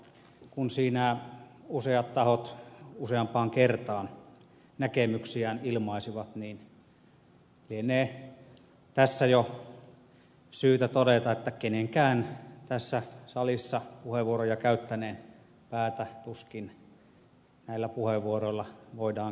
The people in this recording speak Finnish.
kun siinä useat tahot useampaan kertaan näkemyksiään ilmaisivat niin lienee tässä jo syytä todeta että kenenkään tässä salissa puheenvuoroja käyttäneen päätä tuskin näillä puheenvuoroilla voidaan kääntää